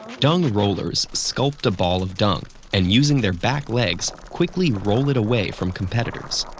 dung rollers sculpt a ball of dung, and using their back legs, quickly roll it away from competitors.